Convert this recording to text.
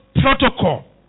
protocol